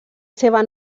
seva